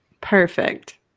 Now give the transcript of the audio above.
Perfect